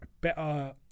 better